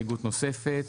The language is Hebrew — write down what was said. הסתייגות נוספת.